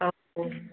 औ